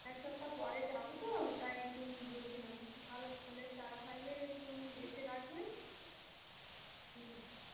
এক সপ্তাহ পরে যাবো তো তাই একটু বলছিলাম ভালো ফুলের চারা থাকলে একটুকুনি বেশি রাখবেন হুম